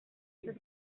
esas